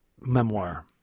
memoir